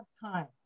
time